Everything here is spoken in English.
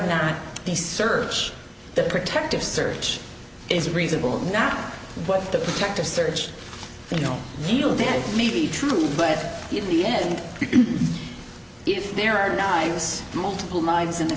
not they search the protective search is reasonable not what the protective search you know deal that may be true but in the end if there are nights multiple minds in the